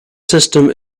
system